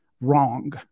wrong